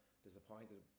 disappointed